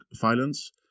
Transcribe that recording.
violence